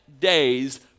days